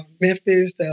Memphis